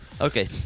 Okay